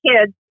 kids